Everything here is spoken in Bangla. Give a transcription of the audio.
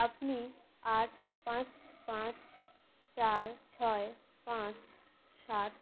আপনি আট পাঁচ পাঁচ চার ছয় পাঁচ সাত